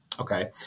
Okay